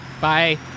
Bye